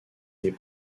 des